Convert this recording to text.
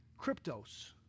cryptos